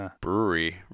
Brewery